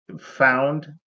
found